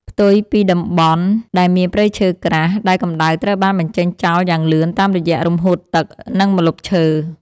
ផ្ទុយពីតំបន់ដែលមានព្រៃឈើក្រាស់ ដែលកម្ដៅត្រូវបានបញ្ចេញចោលយ៉ាងលឿនតាមរយៈរំហួតទឹក និងម្លប់ឈើ។